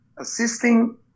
assisting